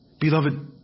Beloved